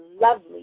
lovely